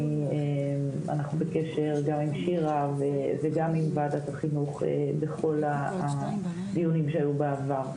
אנחנו בקשר גם עם שירה וגם עם ועדת החינוך בכל הדיונים שהיו בעבר.